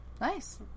nice